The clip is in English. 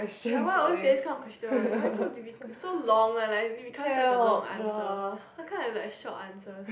ya why I always get this kind of question one why so difficu~ so long one like it become such a long answer why can't I have like short answers